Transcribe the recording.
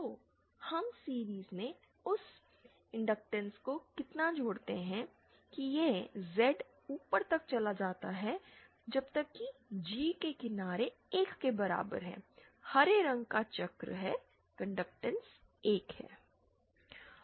तो हम सीरिज़ में उस इंडक्टटेंस को इतना जोड़ते हैं कि यह Z ऊपर तक चला जाता है जब तक कि G के किनारे 1 के बराबर है हरे रंग का चक्र है कंडक्टेंस एक है